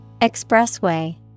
Expressway